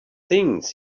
things